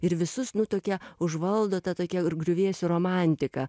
ir visus nu tokia užvaldo ta tokia griuvėsių romantika